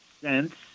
cents